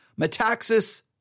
Metaxas